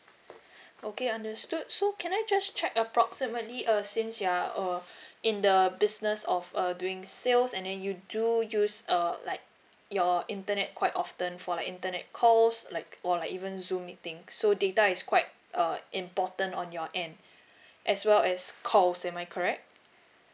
okay understood so can I just check approximately uh since you are uh in the business of uh doing sales and then you do use err like your internet quite often for like internet calls like or like even zoom meeting so data is quite uh important on your end as well as calls am I correct